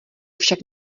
však